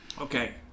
Okay